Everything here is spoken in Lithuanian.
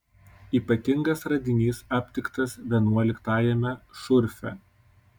ypatingas radinys aptiktas vienuoliktajame šurfe